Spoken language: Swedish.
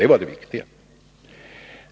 Det var det viktiga.